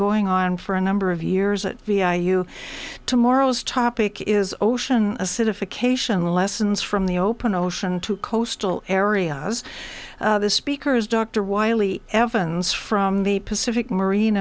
going on for a number of years at vi you tomorrow's topic is ocean acidification lessons from the open ocean to coastal areas speakers dr wiley evans from the pacific marine